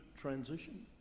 transition